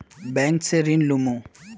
Bank से ऋण लुमू?